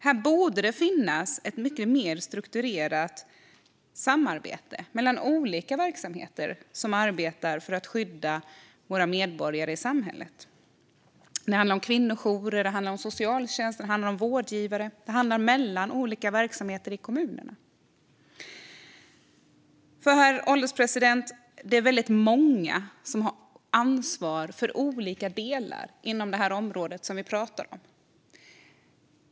Här borde det finnas ett mycket mer strukturerat samarbete mellan olika verksamheter som arbetar för att skydda våra medborgare i samhället. Det handlar om kvinnojourer, om socialtjänsten, om vårdgivare och om kontakter mellan olika verksamheter i kommuner. Herr ålderspresident! Det är väldigt många som har ansvar för olika delar inom det här området som vi pratar om.